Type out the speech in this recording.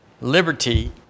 liberty